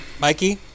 Mikey